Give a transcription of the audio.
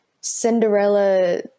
Cinderella